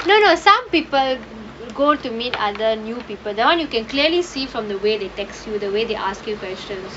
no no some people go to meet other new people that [one] you can clearly see from the way they text you the way they ask you questions